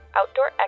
Outdoor